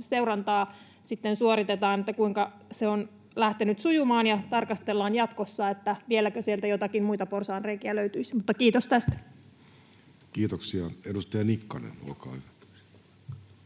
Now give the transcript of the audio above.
seurantaa siitä, kuinka se on lähtenyt sujumaan, ja tarkastellaan jatkossa, vieläkö sieltä joitakin muita porsaanreikiä löytyisi. Mutta kiitos tästä. Kiitoksia. — Edustaja Nikkanen, olkaa hyvä.